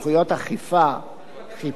חיפוש בגוף ונטילת אמצעי זיהוי)